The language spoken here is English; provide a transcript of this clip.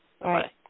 right